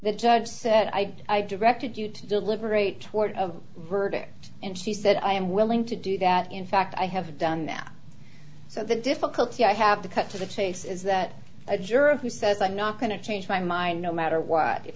the judge said i i directed you to deliberate toward of verdict and she said i am willing to do that in fact i haven't done that so the difficulty i have to cut to the chase is that a juror who says i'm not going to change my mind no matter what if